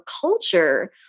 culture